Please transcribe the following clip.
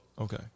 okay